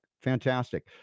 fantastic